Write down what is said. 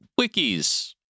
wikis